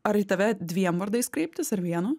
ar į tave dviem vardais kreiptis ar vienu